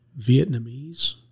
Vietnamese